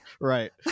Right